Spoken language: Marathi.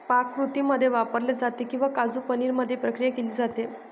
पाककृतींमध्ये वापरले जाते किंवा काजू पनीर मध्ये प्रक्रिया केली जाते